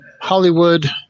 Hollywood